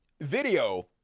video